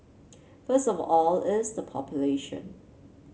first of all it's the population